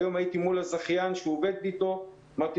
היום הייתי מול הזכיין שהוא עובד איתו ושאלתי,